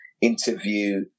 Interview